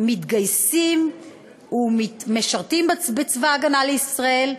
מתגייסים ומשרתים בצבא ההגנה לישראל,